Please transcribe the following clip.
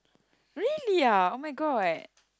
really ah oh-my-god